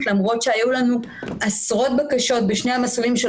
למרות שהיו לנו עשרות בקשות בשני המסלולים,